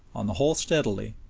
on the whole steadily,